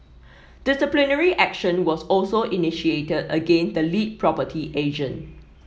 disciplinary action was also initiated against the lead property agent